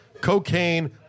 cocaine